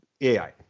AI